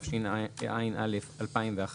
התשע"א 2011,